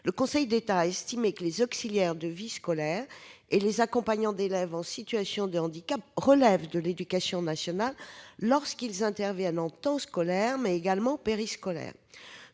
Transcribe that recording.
Le Conseil d'État a estimé que les auxiliaires de vie scolaire et les accompagnants d'élèves en situation de handicap relèvent de l'éducation nationale lorsqu'ils interviennent en temps scolaire, mais également périscolaire.